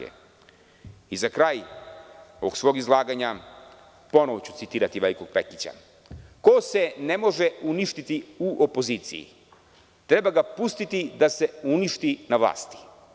I za kraj ovog svog izlaganja, ponovo ću citirati velikog Pekića - ko se ne može uništiti u opoziciji treba ga pustiti da se uništi na vlasti.